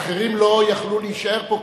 האחרים לא יכלו להישאר פה,